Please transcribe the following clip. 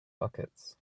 buckets